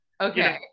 Okay